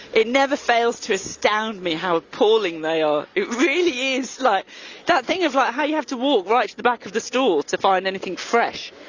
it never fails to astound me how appalling they are. it really is like that thing of like how you have to walk right to the back of the store to find anything fresh.